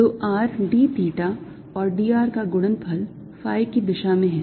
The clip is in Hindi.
तो r d theta और d r का गुणनफल phi की दिशा में है